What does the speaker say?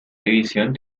división